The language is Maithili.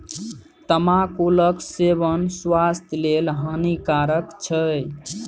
तमाकुलक सेवन स्वास्थ्य लेल हानिकारक छै